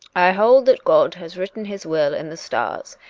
i hold that god has written his will in the stars,